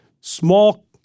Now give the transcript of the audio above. small